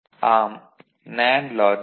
ஆம் நேண்டு லாஜிக்